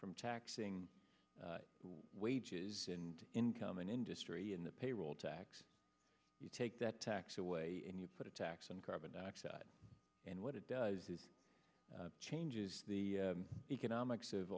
from taxing wages and income in industry in the payroll tax you take that tax away and you put a tax on carbon dioxide and what it does is it changes the economics of